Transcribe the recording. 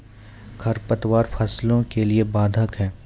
खडपतवार फसलों के लिए बाधक हैं?